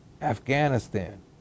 Afghanistan